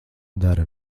dara